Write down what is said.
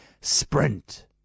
Sprint